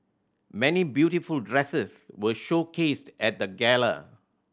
many beautiful dresses were showcased at the gala